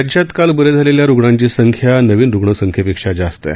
राज्यात काल बरे झालेल्या रुग्णांची संख्या नवीन रुग्ण संख्येपेक्षा जास्त आहे